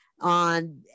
on